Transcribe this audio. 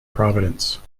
providence